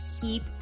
Keep